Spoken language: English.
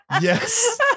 yes